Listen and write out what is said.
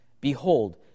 Behold